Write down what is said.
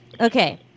Okay